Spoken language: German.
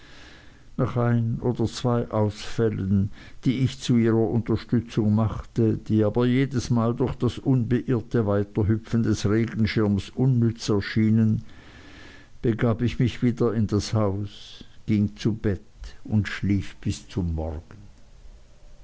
nach ein oder zwei ausfällen die ich zu ihrer unterstützung machte die aber jedesmal durch das unbeirrte weiterhüpfen des regenschirms unnütz erschienen begab ich mich wieder in das haus ging zu bett und schlief bis zum morgen